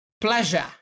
pleasure